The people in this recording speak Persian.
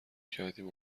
کردیم